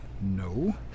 No